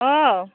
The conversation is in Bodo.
औ